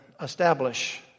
establish